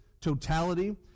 totality